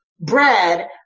bread